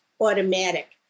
automatic